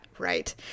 right